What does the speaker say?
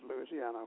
Louisiana